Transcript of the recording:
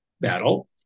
battle